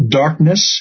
darkness